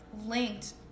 linked